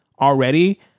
already